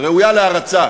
ראויה להערצה,